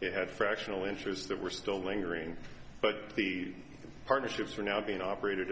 they had fractional interests that were still lingering but the partnerships are now being operated